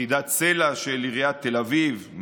יחידת סל"ע של עיריית תל אביב,